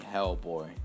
Hellboy